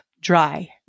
Dry